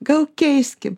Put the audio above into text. gal keiskim